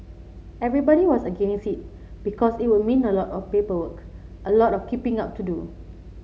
everybody was against it because it would mean a lot of paperwork a lot of keeping up to do